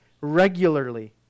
regularly